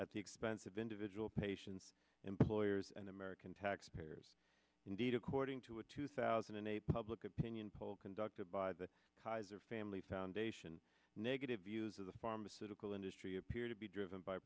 at the expense of individual patients employers and american taxpayers indeed according to a two thousand and eight public opinion poll conducted by the kaiser family foundation negative views of the pharmaceutical industry appear to be driven by